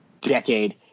decade